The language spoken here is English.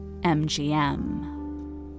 MGM